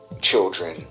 children